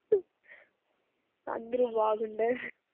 అందరూ బాగున్నారు